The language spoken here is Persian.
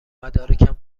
مدارکم